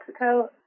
Mexico